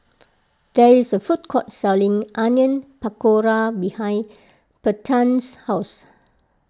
there is a food court selling Onion Pakora behind Bethann's house